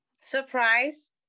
Surprise